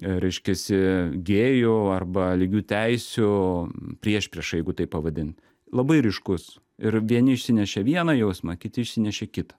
reiškiasi gėjų arba lygių teisių priešprieša jeigu taip pavadin labai ryškus ir vieni išsinešė vieną jausmą kiti išsinešė kitą